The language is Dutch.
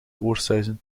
oorsuizen